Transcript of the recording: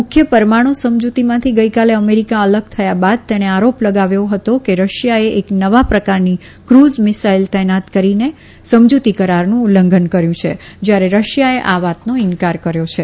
મુખ્ય પરમાણુ સમજુતીમાંથી ગઈકાલે અમેરીકા અલગ થયા બાદ તેણે આરોપ લગાવ્યો હતો કે રશિયાએ એક નવા પ્રકારની કુઝ મિસાઈલ તૈનાત કરીને સમજ઼તી કરારનું ઉલ્લંધન કર્યુ છે જયારે રશિયાએ આ વાતનો ઈન્કાર કર્યો છે